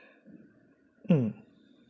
mm